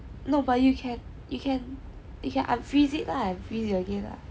no but you can you can you can unfreeze it then freeze it again lah